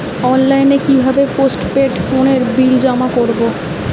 অনলাইনে কি ভাবে পোস্টপেড ফোনের বিল জমা করব?